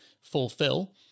fulfill